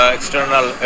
External